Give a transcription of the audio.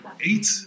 eight